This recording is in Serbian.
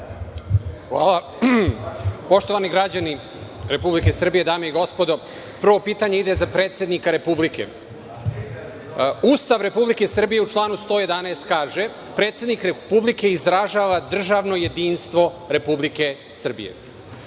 Hvala. Poštovani građani Republike Srbije, dame i gospodo, prvo pitanje ide za predsednika Republike. Ustav Republike Srbije u članu 111. kaže da predsednik Republike izražava državno jedinstvo Republike